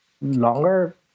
longer